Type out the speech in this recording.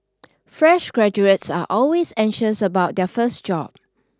fresh graduates are always anxious about their first job